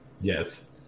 Yes